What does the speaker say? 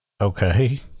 Okay